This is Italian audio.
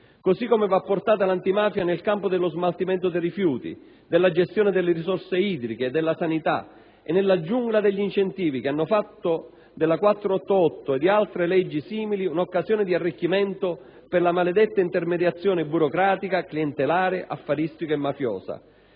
Così come va portata l'antimafia nel campo dello smaltimento dei rifiuti, della gestione delle risorse idriche e della sanità e nella giungla degli incentivi che hanno fatto della legge n. 488 del 1992 e di altre leggi simili un'occasione di arricchimento per la maledetta intermediazione burocratica, clientelare, affaristica e mafiosa.